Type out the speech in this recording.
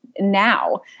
now